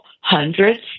hundreds